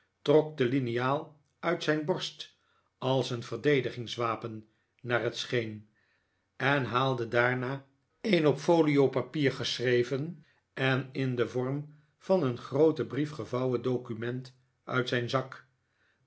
trok de liniaal uit zijn borst als een verdedigingswapen naar het scheen en haalde daarna een op foliopapier geschreven en in den vorm van een grooten brief gevouwen document uilt zijn zak